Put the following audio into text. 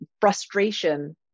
frustration